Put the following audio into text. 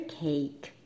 cake